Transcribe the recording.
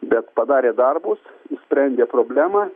bet padarė darbus išsprendė problemą